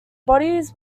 bodies